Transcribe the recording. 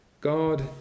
God